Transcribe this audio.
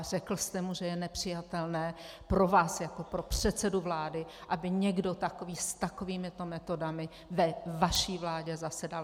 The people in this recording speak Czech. Řekl jste mu, že je nepřijatelné pro vás jako pro předsedu vlády, aby někdo takový s takovýmito metodami ve vaší vládě zasedal?